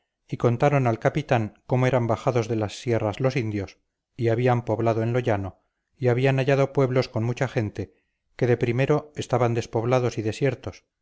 y contaron al capitán cómo eran bajados de las sierras los indios y habían poblado en lo llano y habían hallado pueblos con mucha gente que de primero estaban despoblados y desiertos